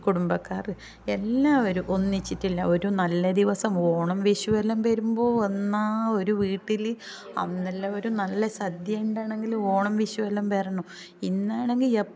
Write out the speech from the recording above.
കുടുംബക്കാർ എല്ലാവരും ഒന്നിച്ചിട്ടുള്ള ഒരു നല്ല ദിവസം ഓണം വിഷുവെല്ലാം വരുമ്പം വന്നാൽ ഒരു വീട്ടിൽ അന്നെല്ലാവരും സദ്യ ഉണ്ടാവണമെങ്കിൽ ഓണം വിഷു എല്ലാം വരണം ഇന്നാണെങ്കിൽ